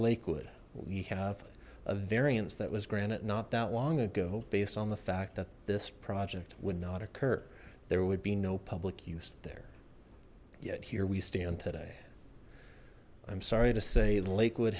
lakewood we have a variance that was granted not that long ago based on the fact that this project would not occur there would be no public use there yet here we stand today i'm sorry to say lakewood